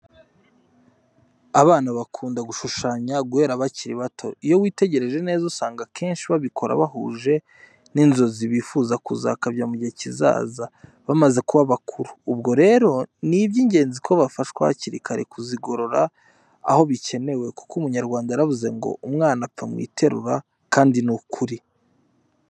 Abana bakunda gushushanya guhera bakiri bato, iyo witegereje neza usanga akenshi babikora bahuje n'inzozi bifuza kuzakabya mu gihe kizaza, bamaze kuba bakuru; ubwo rero ni iby'ingenzi ko bafashwa hakiri kare kuzigorora aho bikenewe, kuko umunyarwanda yavuze ngo ''umwana apfa mu iterura'', kandi ni ukuri.